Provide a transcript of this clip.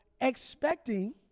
expecting